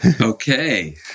Okay